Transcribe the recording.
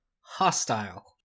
Hostile